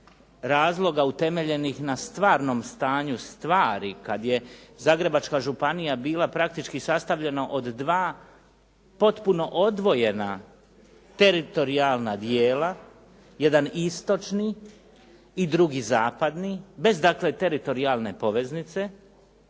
razloga utemeljenih na stvarnom stanju stvari kad je Zagrebačka županija bila praktički sastavljena od dva potpuno odvojena teritorijalna dijela jedan istočni i drugi zapadni bez dakle teritorijalne poveznice,